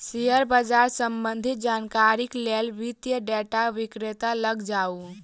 share बाजार सम्बंधित जानकारीक लेल वित्तीय डेटा विक्रेता लग जाऊ